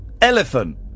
elephant